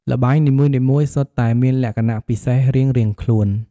ល្បែងនីមួយៗសុទ្ធតែមានលក្ខណៈពិសេសរៀងៗខ្លួន។